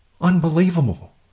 Unbelievable